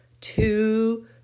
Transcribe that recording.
two